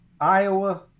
Iowa